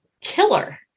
killer